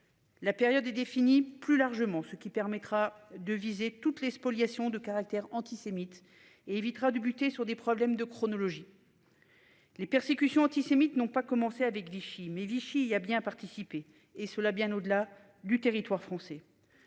La période est défini. Plus largement, ce qui permettra de viser toutes les spoliations de caractère antisémite et évitera de buter sur des problèmes de chronologies. Les persécutions antisémites, n'ont pas commencé avec Vichy mais Vichy il y a bien participé et cela bien au-delà du territoire français.